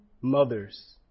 mothers